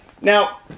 now